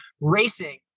Racing